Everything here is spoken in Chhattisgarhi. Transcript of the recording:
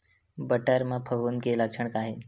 बटर म फफूंद के लक्षण का हे?